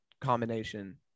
combination